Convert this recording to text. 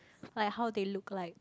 like how they look like